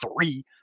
three